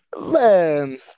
man